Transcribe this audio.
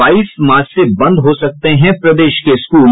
बाईस मार्च से बंद हो सकते हैं प्रदेश के स्कूल